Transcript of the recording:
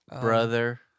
Brother